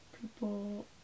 people